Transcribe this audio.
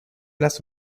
las